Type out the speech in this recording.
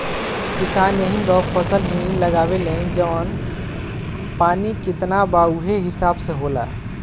किसान एहींग फसल ही लगावेलन जवन पानी कितना बा उहे हिसाब से होला